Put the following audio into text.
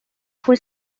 fue